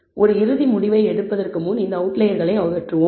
எனவே ஒரு இறுதி முடிவை எடுப்பதற்கு முன் இந்த அவுட்லயர்களை அகற்றுவோம்